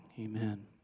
Amen